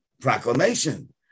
proclamation